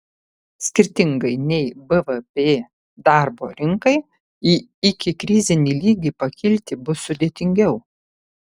skirtingai nei bvp darbo rinkai į ikikrizinį lygį pakilti bus sudėtingiau